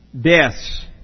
deaths